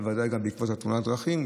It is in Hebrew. ובוודאי גם בעקבות תאונת הדרכים,